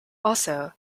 also